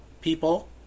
people